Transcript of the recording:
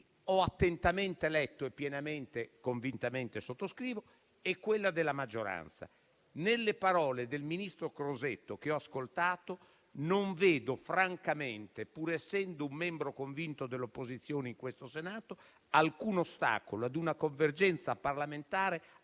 ho attentamente letto e convintamente sottoscrivo, e quella della maggioranza. Nelle parole del ministro Crosetto, che ho ascoltato, non vedo francamente, pur essendo un membro convinto dell'opposizione in questo Senato, alcun ostacolo ad una convergenza parlamentare